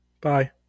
Bye